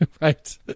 right